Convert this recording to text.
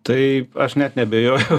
tai aš net neabejojau